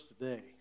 today